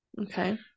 Okay